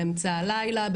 באמצע הלילה,